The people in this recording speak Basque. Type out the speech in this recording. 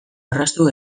orraztu